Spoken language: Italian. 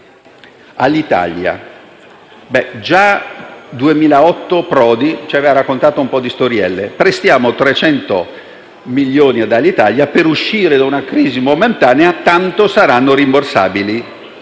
Alitalia, già nel 2008 Prodi ci aveva raccontato un po' di storielle. Prestiamo 300 milioni ad Alitalia per uscire da una crisi momentanea (tanto saranno rimborsabili).